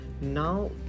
now